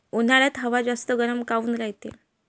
उन्हाळ्यात हवा जास्त गरम काऊन रायते?